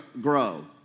grow